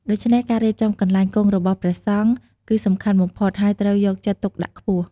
ដូច្នេះ ការរៀបចំកន្លែងគង់របស់ព្រះសង្ឃ គឺសំខាន់បំផុត ហើយត្រូវយកចិត្តទុកដាក់ខ្ពស់។